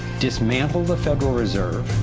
dismantle the federal reserve